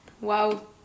wow